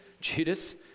Judas